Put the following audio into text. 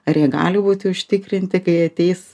ar jie gali būti užtikrinti kai ateis